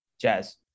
Jazz